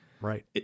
right